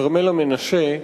כרמלה מנשה,